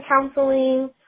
counseling